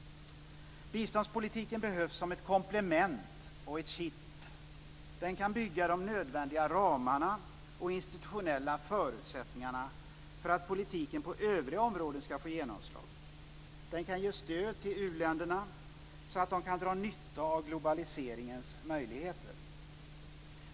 Biståndspolitiken behövs som ett komplement och ett kitt. Den kan bygga de nödvändiga ramarna och institutionella förutsättningarna för att politiken på övriga områden ska få genomslag. Den kan ge stöd till u-länderna så att de kan dra nytta av globaliseringens möjligheter.